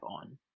on